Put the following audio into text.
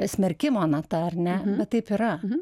smerkimo nata ar ne bet taip yra